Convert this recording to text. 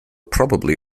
probably